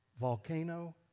volcano